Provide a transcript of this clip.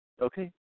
Okay